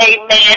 Amen